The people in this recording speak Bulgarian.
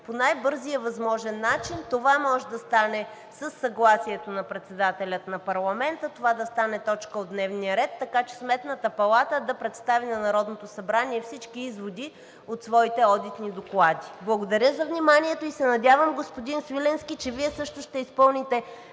по най-бързия възможен начин това може да стане със съгласието на председателя на парламента, това да стане точка от дневния ред, така че Сметната палата да представи на Народното събрание всички изводи от своите одитни доклади. Благодаря за вниманието. И се надявам, господин Свиленски, че Вие също ще изпълните